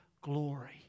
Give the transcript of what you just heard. glory